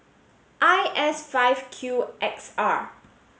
I S five Q X R